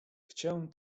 chciałem